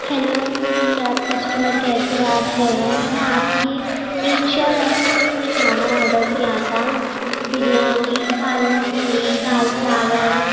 hello کیا آپ customer care سے بات کر رہے ہیں میں نے آپ کی ایٹ شیور ایپ سے کچھ کھانا آڈر کیا تھا بریانی دال مکھنی دال چاول